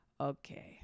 okay